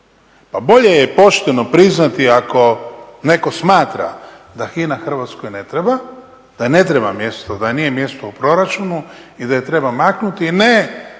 Pa bolje je pošteno priznati ako netko smatra da HINA Hrvatskoj ne treba, da joj ne treba mjesto, da joj nije mjesto u proračunu i da je treba maknuti i ne